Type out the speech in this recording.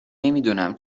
نمیدونم